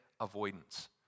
avoidance